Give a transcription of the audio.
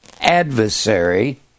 adversary